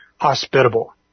hospitable